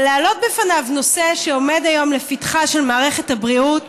אבל להעלות בפניו נושא שעומד היום לפתחה של מערכת הבריאות